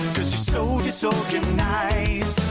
so disorganized!